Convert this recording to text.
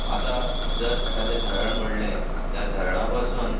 आतां जर एकादें धरण म्हणलें त्या धरणा पासून